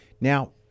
Now